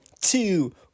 two